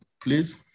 please